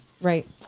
Right